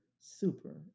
super